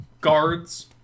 guards